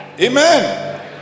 Amen